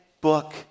book